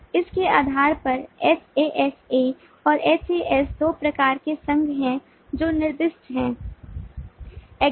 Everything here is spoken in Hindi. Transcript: तो इस के आधार पर HAS A और HAS दो प्रकार के संघ हैं जो निर्दिष्ट हैं